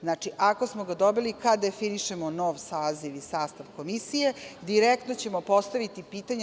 Znači, ako smo ga dobili, kad definišemo nov saziv i sastav komisije, direktno ćemo postaviti pitanje.